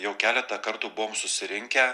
jau keletą kartų buvom susirinkę